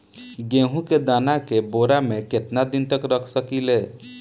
गेहूं के दाना के बोरा में केतना दिन तक रख सकिले?